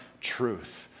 truth